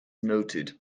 noted